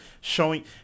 showing